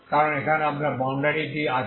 কারণ এখন আপনার বাউন্ডারিআছে